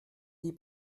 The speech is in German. die